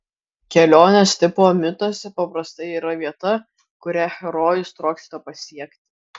kelionės tipo mituose paprastai yra vieta kurią herojus trokšta pasiekti